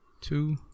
two